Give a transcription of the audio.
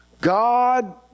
God